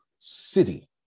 city